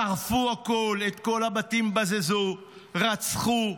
שרפו הכול, את כל הבתים בזזו, רצחו,